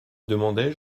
demandé